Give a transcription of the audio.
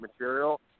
material